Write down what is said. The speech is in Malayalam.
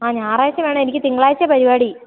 ആ ഞായറാഴ്ച വേണം എനിക്ക് തിങ്കളാഴ്ചയാണ് പരിപാടി